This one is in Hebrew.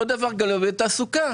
אותו דבר לגבי תעסוקה.